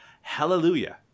Hallelujah